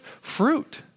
fruit